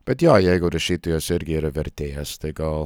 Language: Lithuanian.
bet jo jeigu rašytojas irgi yra vertėjas tai gal